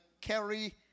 carry